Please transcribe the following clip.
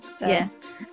Yes